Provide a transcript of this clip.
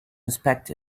inspect